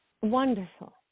Wonderful